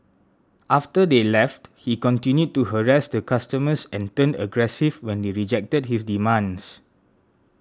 after they left he continued to harass the customers and turned aggressive when they rejected his demands